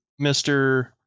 Mr